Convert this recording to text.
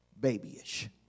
babyish